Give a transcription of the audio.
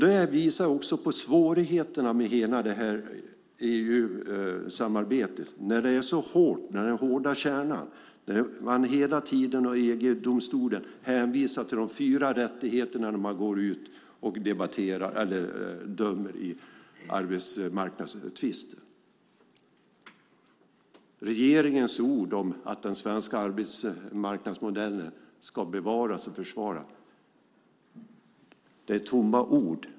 Detta visar också på svårigheterna med hela EU-samarbetet och den hårda kärnan. Man hänvisar hela tiden i EG-domstolen till de fyra rättigheterna när man dömer i arbetsmarknadstvister. Regeringens ord om att den svenska arbetsmarknadsmodellen ska bevaras och försvaras är tomma ord.